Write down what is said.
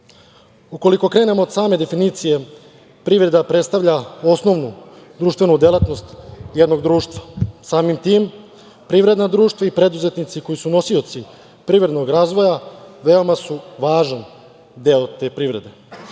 plenumu. Ukoliko krenemo od same definicije, privreda predstavlja osnovnu društvenu delatnost jednog društva. Samim tim, privredna društva i preduzetnici koji su nosioci privrednog razvoja veoma su važan deo te privrede.